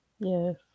Yes